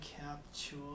capture